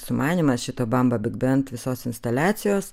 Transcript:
sumanymas šito bamba big bent visos instaliacijos